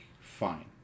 fine